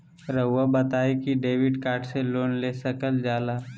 रहुआ बताइं कि डेबिट कार्ड से लोन ले सकल जाला?